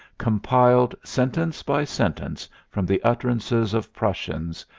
compiled sentence by sentence from the utterances of prussians,